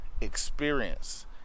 Experience